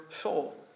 soul